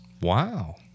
Wow